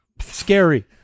scary